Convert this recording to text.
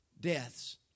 deaths